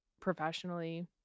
professionally